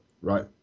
right